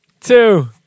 two